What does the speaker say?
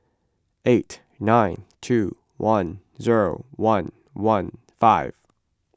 eight nine two one zero one one five